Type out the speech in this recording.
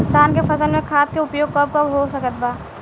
धान के फसल में खाद के उपयोग कब कब हो सकत बा?